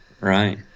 Right